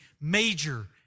major